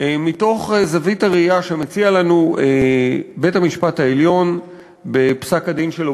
מתוך זווית הראייה שמציע לנו בית-המשפט העליון בפסק-הדין שלו